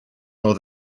oedd